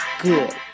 good